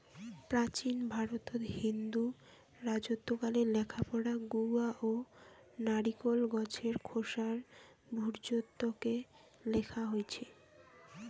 প্রাচীন ভারতত হিন্দু রাজত্বকালে লেখাপড়া গুয়া ও নারিকোল গছের খোসার ভূর্জত্বকে লেখা হইচে